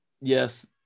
Yes